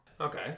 okay